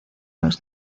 los